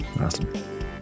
Awesome